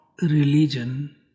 religion